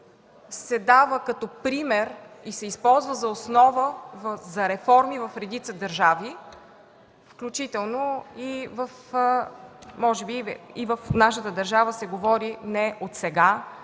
се дава като пример и се използва за основа за реформи в редица държави, включително и в нашата държава се говори не от сега,